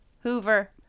hoover